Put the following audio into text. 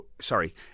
sorry